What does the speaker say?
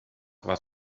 was